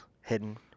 hidden